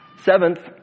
Seventh